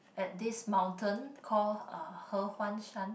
at this mountain call uh He-Huan-Shan